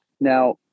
Now